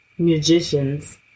magicians